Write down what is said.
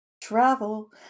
Travel